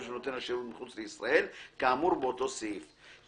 של נותן השירות מחוץ לישראל כאמור באותו סעיף."